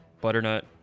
Butternut